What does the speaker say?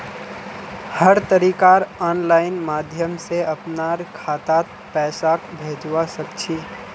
हर तरीकार आनलाइन माध्यम से अपनार खातात पैसाक भेजवा सकछी